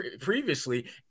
previously